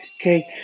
Okay